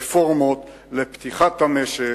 רפורמות לפתיחת המשק,